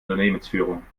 unternehmensführung